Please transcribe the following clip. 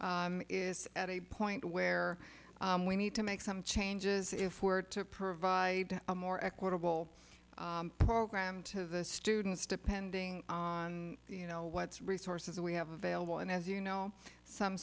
is at a point where we need to make some changes if we're to provide a more equitable program to the students depending on you know what's resources that we have available and as you know some